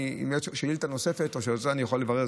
אם עוד שאילתה נוספת או שאת זה אני יכול לברר,